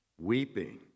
Weeping